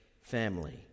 family